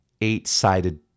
eight-sided